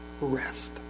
rest